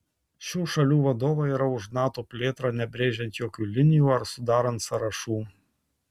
šių šalių vadovai yra už nato plėtrą nebrėžiant jokių linijų ar sudarant sąrašų